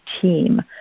team